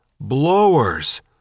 Blowers